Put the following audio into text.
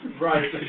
right